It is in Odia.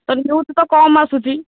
ତ ନିୟୁଜ୍ ତ କମ ଆସୁଛି